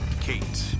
Kate